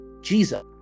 Jesus